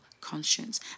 conscience